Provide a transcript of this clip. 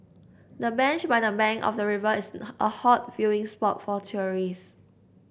the bench by the bank of the river is a hot viewing spot for tourists